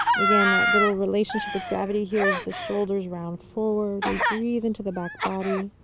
again, that little relationship with gravitiy here as the shoulders round forward, we breathe into the back body.